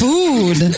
Food